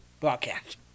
broadcast